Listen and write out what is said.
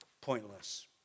Pointless